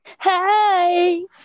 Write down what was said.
Hey